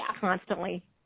constantly